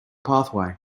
pathway